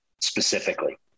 specifically